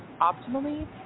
optimally